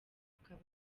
akaba